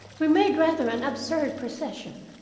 we made rather an absurd procession,